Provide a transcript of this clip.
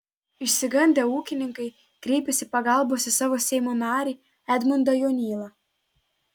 išsigandę ūkininkai kreipėsi pagalbos į savo seimo narį edmundą jonylą